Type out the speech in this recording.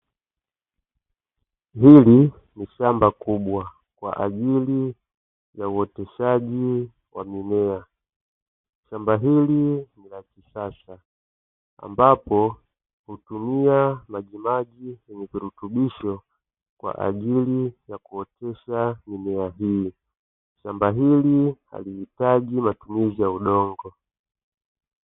Hili ni shamba kubwa kwa ajili ya uoteshaji wa mimea. Shamba hili ni la kisasa, ambapo hutumia majimaji yenye virutubisho kwa ajili ya kuotesha mimea hii. Shamba hili halihitaji matumizi ya udongo.